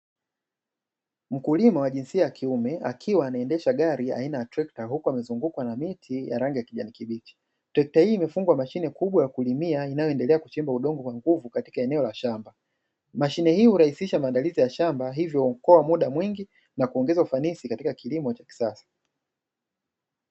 Mkulima wa jinsia ya kiume akiwa anaendesha gari aina ya trekta huko amezungukwa na miti ya rangi ya kijani kibichi, trekta hii imefungwa mashine kubwa ya kulimia inayo endelea kuchimba udongo kwa nguvu katika eneo la shamba. Mashine hii hurahisisha maandalizi ya shamba hivyo huokoa muda mwingi na kuongeza ufanisi katika kilimo cha kisasa.